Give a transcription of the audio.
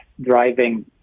driving